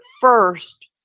first